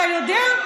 אתה יודע,